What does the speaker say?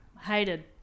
Hated